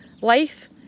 life